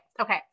okay